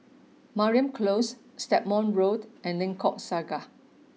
Mariam Close Stagmont Road and Lengkok Saga